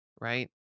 right